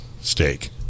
steak